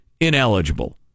ineligible